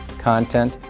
content,